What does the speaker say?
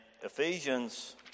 Ephesians